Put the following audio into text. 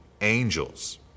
angels